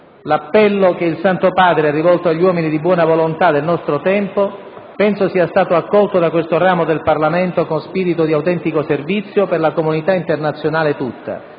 L'appello che il Santo Padre ha rivolto agli uomini di buona volontà del nostro tempo penso sia stato accolto da questo ramo del Parlamento con spirito di autentico servizio per la comunità internazionale tutta.